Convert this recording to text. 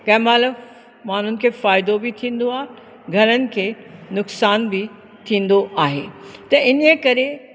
कंहिं महिल माण्हुनि खे फ़ाइदो बि थींदो आहे घणनि खे नुक़सान बि थींदो आहे त इने करे